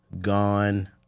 gone